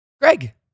Greg